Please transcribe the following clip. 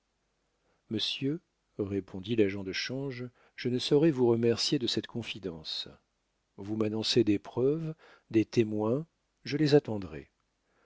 monsieur répondit l'agent de change je ne saurais vous remercier de cette confidence vous m'annoncez des preuves des témoins je les attendrai